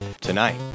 tonight